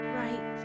right